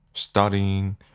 Studying